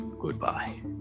Goodbye